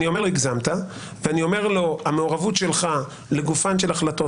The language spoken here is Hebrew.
אני אומר לו הגזמת ואני אומר לו שהמעורבות שלך לגופן של החלטות